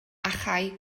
achau